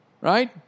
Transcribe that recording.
right